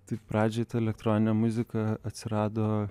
tai pradžiai ta elektroninė muzika atsirado